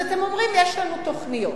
אז אתם אומרים: יש לנו תוכניות.